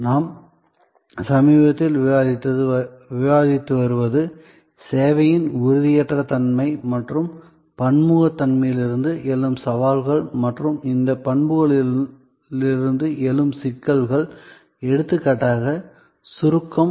நாம் சமீபத்தில் விவாதித்து வருவது சேவையின் உறுதியற்ற தன்மை மற்றும் பன்முகத்தன்மையிலிருந்து எழும் சவால்கள் மற்றும் இந்த பண்புகளிலிருந்து எழும் சிக்கல்கள் எடுத்துக்காட்டாக சுருக்கம்